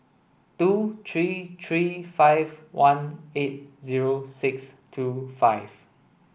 two three three five one eight zero six two five